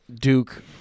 Duke